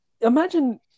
imagine